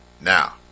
Now